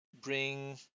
bring